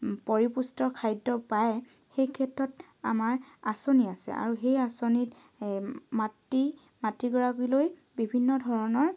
পৰিপুষ্ট খাদ্য পায় সেই ক্ষেত্ৰত আমাৰ আচঁনি আছে আৰু সেই আচঁনিত মাতৃ মাতৃগৰাকীলৈ বিভিন্নধৰণৰ